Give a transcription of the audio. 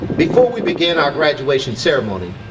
before we begin our graduation ceremony,